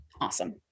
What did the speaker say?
awesome